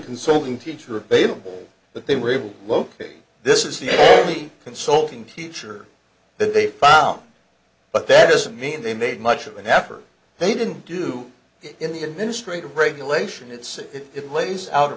consoling teacher available but they were able to locate this is the only consulting teacher that they found but that doesn't mean they made much of an effort they didn't do it in the administrative regulation